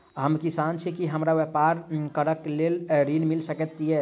हम किसान छी की हमरा ब्यपार करऽ केँ लेल ऋण मिल सकैत ये?